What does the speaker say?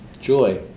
joy